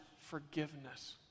forgiveness